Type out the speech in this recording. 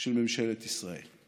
של ממשלת ישראל.